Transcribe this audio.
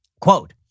Quote